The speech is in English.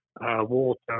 water